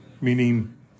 meaning